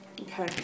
Okay